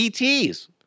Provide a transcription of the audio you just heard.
ETs